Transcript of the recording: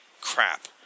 crap